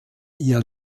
ihr